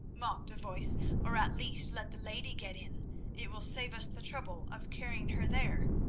mocked a voice or, at least, let the lady get in it will save us the trouble of carrying her there.